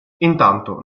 intanto